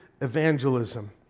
evangelism